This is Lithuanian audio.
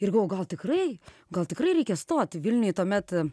ir galvoju gal tikrai gal tikrai reikia stoti vilniuj tuomet